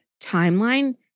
timeline